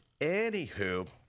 anywho